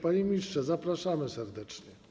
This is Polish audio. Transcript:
Panie ministrze, zapraszamy serdecznie.